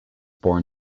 born